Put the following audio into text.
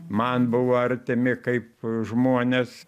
man buvo artimi kaip žmonės